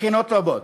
מבחינות רבות.